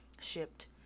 shipped